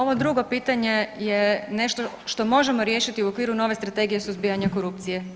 Ovo drugo pitanje je nešto što možemo riješiti u okviru nove strategije suzbijanja korupcije.